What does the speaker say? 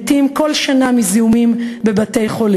מתים כל שנה מזיהומים בבתי-חולים,